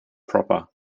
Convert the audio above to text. proper